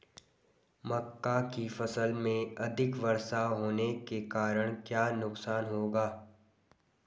मक्का की फसल में अधिक वर्षा होने के कारण क्या नुकसान होगा?